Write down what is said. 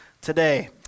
today